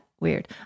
Weird